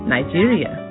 Nigeria